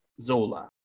Zola